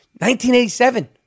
1987